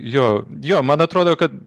jo jo man atrodo kad